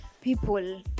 people